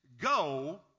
go